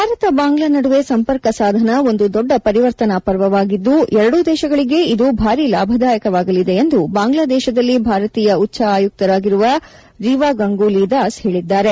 ಭಾರತ ಬಾಂಗ್ಲಾ ನಡುವೆ ಸಂಪರ್ಕ ಸಾಧನ ಒಂದು ದೊಡ್ಡ ಪರಿವರ್ತನ ಪರ್ವವಾಗಿದ್ದು ಎರಡೂ ದೇಶಗಳಿಗೆ ಇದು ಭಾರೀ ಲಾಭದಾಯಕವಾಗಲಿದೆ ಎಂದು ಬಾಂಗ್ಲಾದೇಶದಲ್ಲಿ ಭಾರತೀಯ ಉಚ್ಚ ಆಯುಕ್ತರಾಗಿರುವ ರಿವಾಗಂಗೂಲಿದಾಸ್ ಹೇಳಿದ್ದಾರೆ